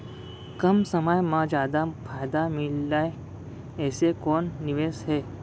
कम समय मा जादा फायदा मिलए ऐसे कोन निवेश हे?